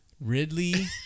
Ridley